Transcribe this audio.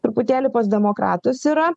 truputėlį pas demokratus yra